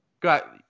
Got